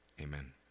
amen